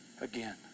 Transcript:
again